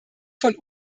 von